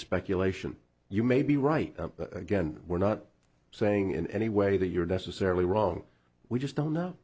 speculation you may be right again we're not saying in any way that you're necessarily wrong we just don't